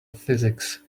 physics